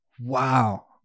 wow